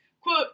quote